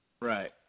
Right